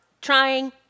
trying